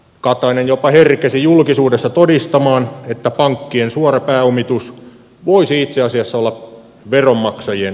katainen jopa herkesi julkisuudessa todistamaan että pankkien suora pääomitus voisi itse asiassa olla veronmaksajien